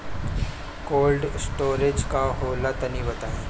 Cold storage का होला तनि बताई?